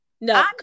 No